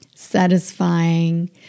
satisfying